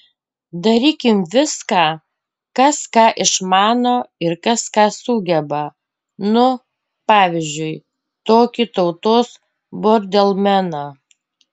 darykim viską kas ką išmano ir kas ką sugeba nu pavyzdžiui tokį tautos bordelmeną